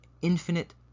infinite